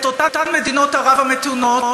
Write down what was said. את אותן מדינות ערב המתונות,